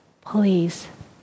Please